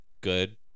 good